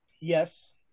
yes